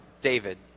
David